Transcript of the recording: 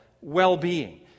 well-being